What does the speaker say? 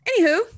Anywho